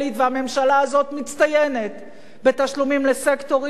והממשלה הזאת מצטיינת בתשלומים לסקטורים,